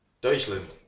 Deutschland